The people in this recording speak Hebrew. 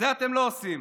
אתם לא עושים